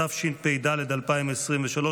התשפ"ד 2023,